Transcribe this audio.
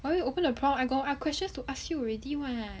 why you open the prompts I got our questions to ask you already [what]